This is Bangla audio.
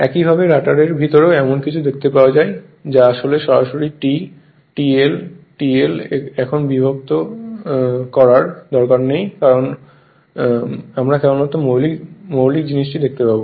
একইভাবে রটারের ভিতরেও এমন কিছু দেখতে পাওয়া যায় যা আসলে সরাসরি T TL TL এখন বিরক্ত করার দরকার নেই কারণ আমরা কেবলমাত্র মৌলিক জিনিসটি দেখতে পাব